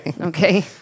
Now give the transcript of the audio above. Okay